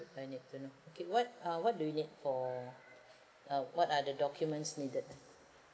I need to know okay what uh what do you need for what are the documents needed